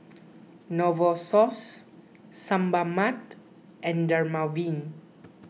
Novosource Sebamed and Dermaveen